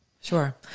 Sure